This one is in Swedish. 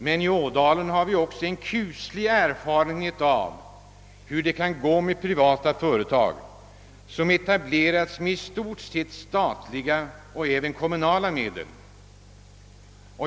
Men i ådalen har vi också en kuslig erfarenhet av hur det kan gå med privata företag som etableras med i stort sett statliga och kommunala medel.